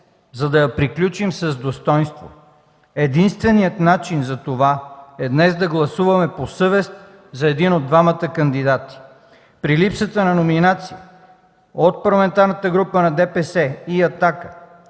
за да приключим с достойнство. Единственият начин за това е днес да гласуваме по съвест за един от двамата кандидати. При липсата на номинация от парламентарните групи на ДПС и „Атака”,